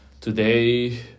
today